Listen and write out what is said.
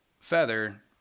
feather